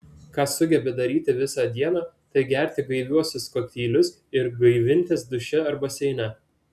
ką sugebi daryti visą dieną tai gerti gaiviuosius kokteilius ir gaivintis duše ar baseine